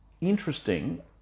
interesting